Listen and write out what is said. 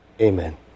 Amen